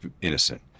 innocent